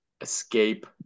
escape